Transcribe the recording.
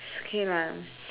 it's okay lah